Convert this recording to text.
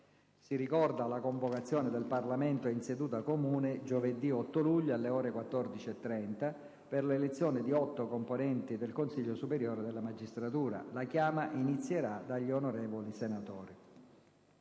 Si ricorda la convocazione del Parlamento in seduta comune giovedì 8 luglio alle ore 14,30 per l'elezione di otto componenti del CSM. La chiama inizierà dagli onorevoli senatori.